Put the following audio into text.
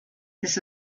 this